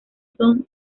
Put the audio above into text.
son